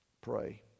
pray